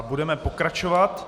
Budeme pokračovat.